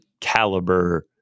caliber